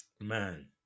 man